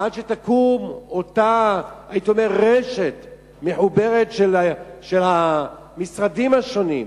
ועד שתקום אותה רשת מחוברת של המשרדים השונים,